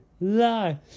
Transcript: lie